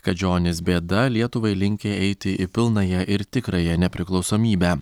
kadžionis bėda lietuvai linki eiti į pilnąją ir tikrąją nepriklausomybę